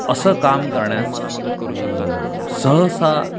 असं काम करण्यास सहसा